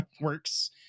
works